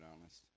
honest